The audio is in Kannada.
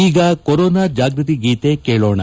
ಈಗ ಕೊರೋನಾ ಜಾಗೃತಿ ಗೀತೆ ಕೇಳೋಣ